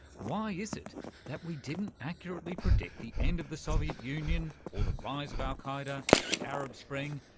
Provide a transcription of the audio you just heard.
why is it that we didn't accurately predict the end of the soviet union or the rise of al-qaeda, the arab spring,